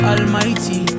Almighty